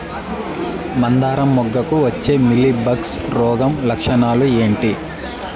మందారం మొగ్గకు వచ్చే మీలీ బగ్స్ రోగం లక్షణాలు ఏంటి?